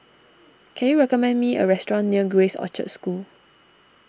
can you recommend me a restaurant near Grace Orchard School